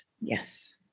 Yes